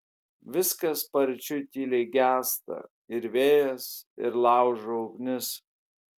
viskas paryčiui tyliai gęsta ir vėjas ir laužo ugnis